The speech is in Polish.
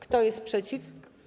Kto jest przeciw?